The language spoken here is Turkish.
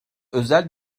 özel